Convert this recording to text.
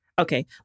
Okay